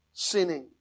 sinning